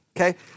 Okay